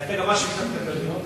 והיתה גם אז שביתה של קלדניות,